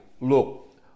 look